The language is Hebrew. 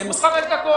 ייקחו חמש דקות,